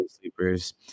Sleepers